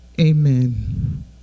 amen